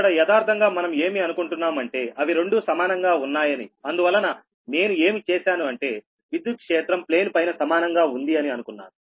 ఇక్కడ యదార్థంగా మనం ఏమి అనుకుంటున్నాము అంటే అవి రెండూ సమానంగా ఉన్నాయని అందువలన నేను ఏమి చేశాను అంటే విద్యుత్ క్షేత్రం ప్లేన్ పైన సమానంగా ఉంది అని అనుకున్నాను